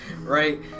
right